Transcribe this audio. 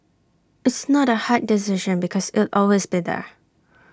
it's not A hard decision because it'll always be there